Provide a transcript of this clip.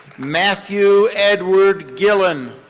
matthew edward gillen.